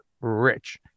rich